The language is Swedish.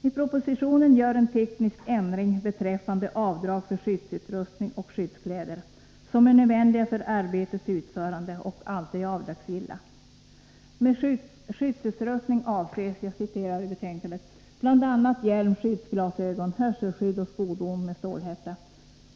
I propositionen görs en teknisk ändring beträffande avdrag för skyddsutrustning och skyddskläder som är nödvändiga för arbetets utförande och som alltid är avdragsgilla. I den föreslagna lagtexten heter det: ”Med skyddsutrustning avses bland annat hjälm, skyddsglasögon, hörselskydd och skodon med stålhätta.